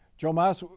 joe mas, ah